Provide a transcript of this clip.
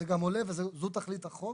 זה גם עולה וזו תכלית החוק.